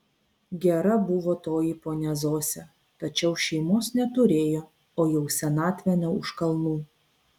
gera buvo toji ponia zosė tačiau šeimos neturėjo o jau senatvė ne už kalnų